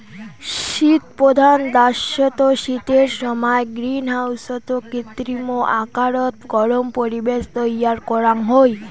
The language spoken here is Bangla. শীতপ্রধান দ্যাশত শীতের সমায় গ্রীনহাউসত কৃত্রিম আকারত গরম পরিবেশ তৈয়ার করাং হই